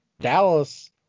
Dallas